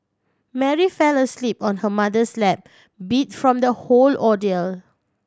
Mary fell asleep on her mother's lap beat from the whole ordeal